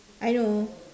I know